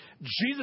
Jesus